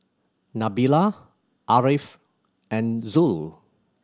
Nabila Ariff and Zul